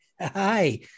hi